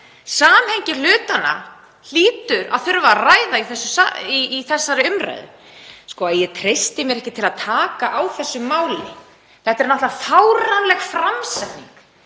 Samhengi hlutanna hlýtur að þurfa að ræða í þessari umræðu. Að ég treysti mér ekki til að taka á þessu máli — þetta er náttúrlega fáránleg framsetning.